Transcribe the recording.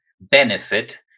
benefit